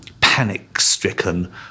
panic-stricken